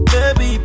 Baby